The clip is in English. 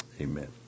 amen